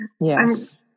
Yes